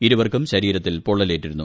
ഇരുവർക്കും ശരീരത്തിൽ പൊള്ളലേറ്റിരുന്നു